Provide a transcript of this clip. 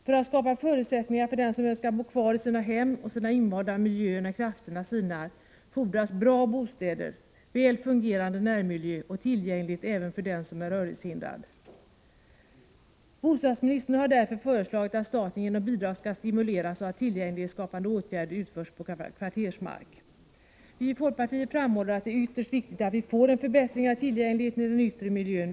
För att skapa förutsättningar för dem som önskar bo kvar i sina hem och i sin invanda miljö när krafterna sinar fordras bra bostäder, väl fungerande närmiljö och tillgänglighet även för den som är rörelsehindrad. Bostadsministern har därför föreslagit att staten genom bidrag skall stimulera till att tillgänglighetsskapande åtgärder utförs på kvartersmark. Vii folkpartiet framhåller att det är ytterst viktigt att vi får en förbättring av tillgängligheten i den yttre miljön.